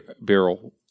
barrel